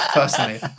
personally